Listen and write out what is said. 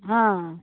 हँ ऽ